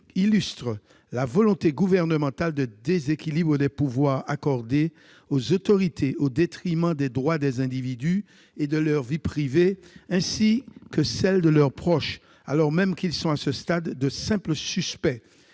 illustre la volonté gouvernementale de déséquilibre des pouvoirs accordés aux autorités, au détriment des droits des individus et de leur vie privée, ainsi que de celle de leurs proches, alors même qu'ils sont à ce stade de simples suspects.